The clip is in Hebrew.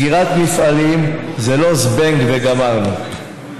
סגירת מפעלים זה לא "זבנג וגמרנו".